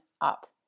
up